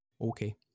Okay